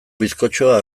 bizkotxoa